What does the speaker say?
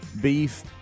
beef